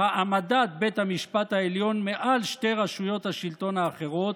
העמדת בית המשפט העליון מעל שתי רשויות השלטון האחרות,